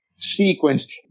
Sequence